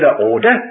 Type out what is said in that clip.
order